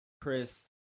Chris